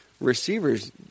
receivers